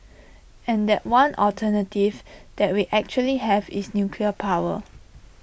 and that one alternative that we actually have is nuclear power